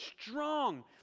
strong